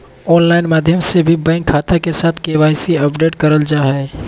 online माध्यम से भी बैंक खाता के साथ के.वाई.सी अपडेट करल जा हय